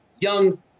young